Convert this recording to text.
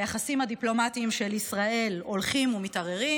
היחסים הדיפלומטיים של ישראל הולכים ומתערערים,